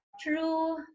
true